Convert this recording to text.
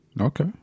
Okay